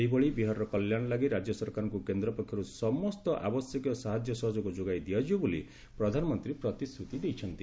ସେହିଭଳି ବିହାରର କଲ୍ୟାଣ ଲାଗି ରାଜ୍ୟ ସରକାରଙ୍କୁ କେନ୍ଦ୍ର ପକ୍ଷରୁ ସମସ୍ତ ଆବଶ୍ୟକୀୟ ସାହାଯ୍ୟ ସହଯୋଗ ଯୋଗାଇ ଦିଆଯିବ ବୋଲି ପ୍ରଧାନମନ୍ତ୍ରୀ ପ୍ରତିଶ୍ରୁତି ଦେଇଛନ୍ତି